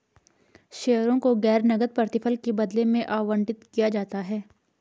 शेयरों को गैर नकद प्रतिफल के बदले में आवंटित किया जाता है